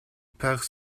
perd